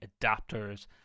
adapters